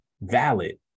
valid